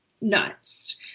nuts